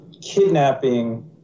kidnapping